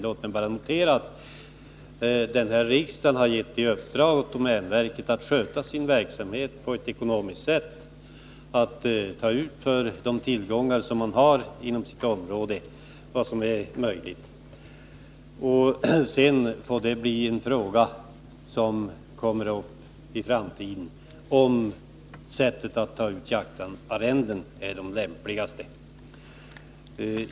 Låt mig bara notera att den här riksdagen har gett i domänverket i uppdrag att sköta sin verksamhet på ett ekonomiskt sätt, att för de tillgångar verket har inom sitt område ta ut vad som är möjligt. Sedan får det bli en fråga som kommer uppi framtiden huruvida sätten att ta ut jaktsarrenden är de lämpligaste.